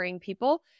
people